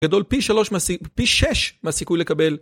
גדול פי 6 מהסיכוי לקבל